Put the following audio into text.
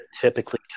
typically